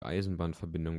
eisenbahnverbindung